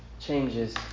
changes